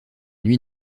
nuit